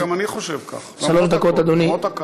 כן, גם אני חושב כך, למרות הכעס.